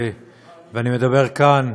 ואני מדבר כאן,